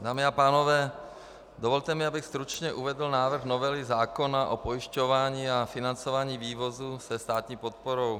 Dámy a pánové, dovolte mi, abych stručně uvedl návrh novely zákona o pojišťování a financování vývozu se státní podporou.